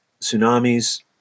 tsunamis